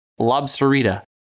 lobsterita